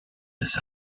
les